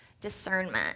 discernment